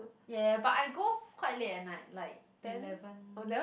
ya ya ya but I go quite late at night like eleven